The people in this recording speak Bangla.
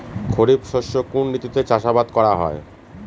খরিফ শস্য কোন ঋতুতে চাষাবাদ করা হয়?